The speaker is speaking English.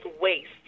waste